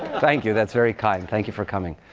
thank you, that's very kind. thank you for coming.